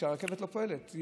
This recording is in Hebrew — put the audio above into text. כשהרכבת לא פועלת.